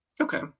Okay